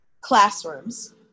classrooms